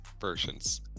versions